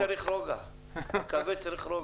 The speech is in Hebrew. ודווקא בהפטטיס Cהכבד צריך רוגע.